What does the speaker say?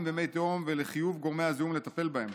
במי תהום ולחיוב גורמי הזיהום לטפל בהם.